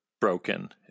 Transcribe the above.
broken